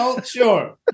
sure